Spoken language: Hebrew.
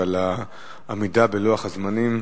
ועל העמידה בלוח הזמנים.